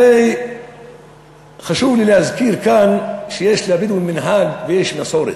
הרי חשוב לי להזכיר כאן שיש לבדואים מנהג ויש מסורת,